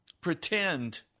pretend